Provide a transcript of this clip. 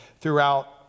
throughout